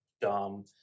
dumb